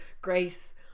Grace